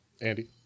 Andy